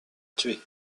tuer